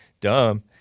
Dumb